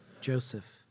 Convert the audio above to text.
Joseph